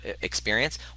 experience